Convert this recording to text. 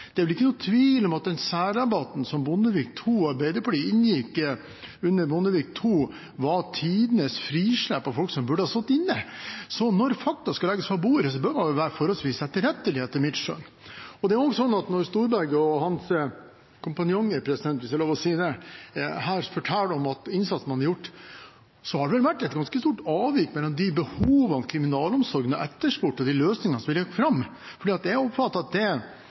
det gjelder soningsrabatt. Det er vel ikke noen tvil om at den særrabatten som Bondevik II-regjeringen og Arbeiderpartiet inngikk, var tidenes frislepp for folk som burde ha sittet inne. Når fakta skal legges på bordet, bør man være forholdsvis etterrettelig, etter mitt skjønn. Det er også sånn at når Storberget og hans kompanjonger – hvis det er lov å si det – forteller om innsatsen man har gjort, så har det vel vært et ganske stort avvik mellom de behovene kriminalomsorgen har meldt, og de løsningene som har vært lagt fram. Jeg har oppfattet at det